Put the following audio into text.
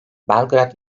belgrad